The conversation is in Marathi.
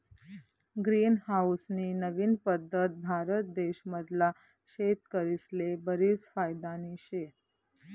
ग्रीन हाऊस नी नवीन पद्धत भारत देश मधला शेतकरीस्ले बरीच फायदानी शे